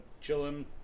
chilling